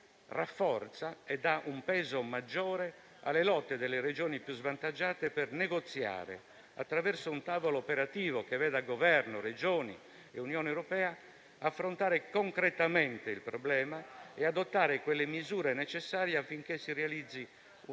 rafforza e dà un peso maggiore alle lotte delle Regioni più svantaggiate per negoziare, attraverso un tavolo operativo che veda Governo, Regioni e Unione europea affrontare concretamente il problema e adottare le misure necessarie affinché si realizzi una